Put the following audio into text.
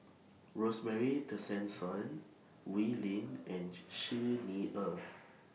Rosemary Tessensohn Wee Lin and Xi Xi Ni Er